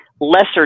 lesser